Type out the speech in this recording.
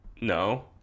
No